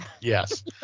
yes